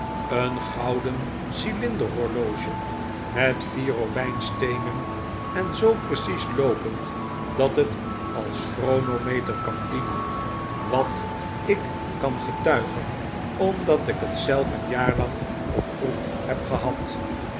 een gjouden cylinderhorloge met vier robijnsteenen en zpb precies loopend dat het als chronometer kan dienen wat ik kan getuigen omdat ik het zelf een jaar lang op proef heb gehad